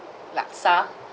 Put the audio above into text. laksa